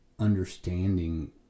understanding